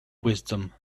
wisdom